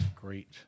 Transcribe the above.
great